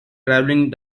traveling